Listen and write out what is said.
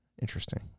interesting